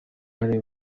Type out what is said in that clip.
uhari